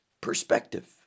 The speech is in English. perspective